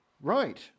Right